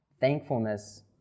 thankfulness